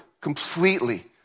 completely